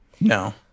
No